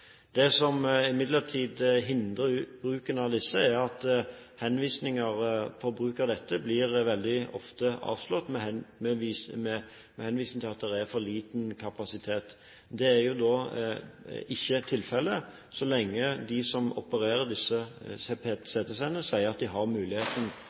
Det som imidlertid hindrer bruken av disse, er at henvisninger for bruk av dette veldig ofte blir avslått med henvisning til at det er for liten kapasitet. Det er jo ikke tilfellet, så lenge de som opererer disse